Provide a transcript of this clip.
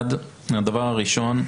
דבר ראשון,